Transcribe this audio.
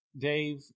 Dave